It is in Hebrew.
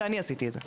זה אני עשיתי את זה,